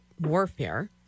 warfare